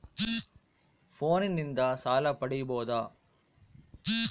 ಫೋನಿನಿಂದ ಸಾಲ ಪಡೇಬೋದ?